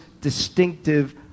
distinctive